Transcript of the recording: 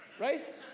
Right